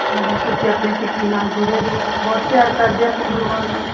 ਹਾਂਜੀ ਤੁਸੀਂ ਆਪਣੀ ਸਿੱਖੀ ਨਾਲ ਜੁੜੇ ਜੋ ਬਹੁਤ ਪਿਆਰ ਕਰਦੇ ਆਪਣੇ ਗੁਰੂਆਂ ਨਾਲ